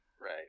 right